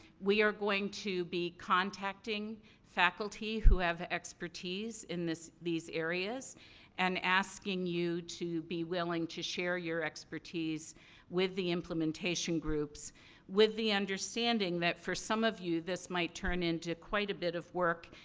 we are going to be contacting faculty who have expertise in these areas and asking you to be willing to share your expertise with the implementation groups with the understanding that, for some of you, this might turn into quite a bit of work.